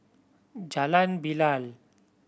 Jalan Bilal